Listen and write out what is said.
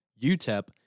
UTEP